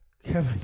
Kevin